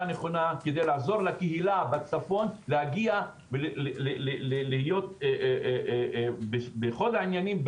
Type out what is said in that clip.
הנכונה כדי לעזור לקהילה בצפון להגיע ולהיות בחוד העניינים,